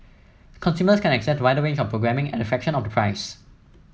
consumers can access a wider range of programming at a fraction of price